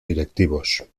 directivos